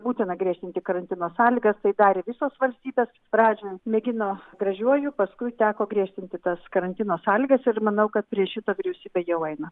būtina griežtinti karantino sąlygas tai darė visos valstybės pradžioj mėgino gražiuoju paskui teko griežtinti tas karantino sąlygas ir manau kad prie šito vyriausybė jau eina